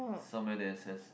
somewhere that has